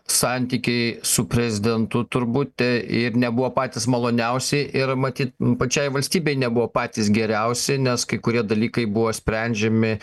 santykiai su prezidentu turbūt ir nebuvo patys maloniausi ir maty pačiai valstybei nebuvo patys geriausi nes kai kurie dalykai buvo sprendžiami